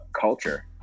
culture